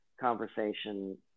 conversation